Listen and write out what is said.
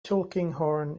tulkinghorn